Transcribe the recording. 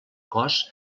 cos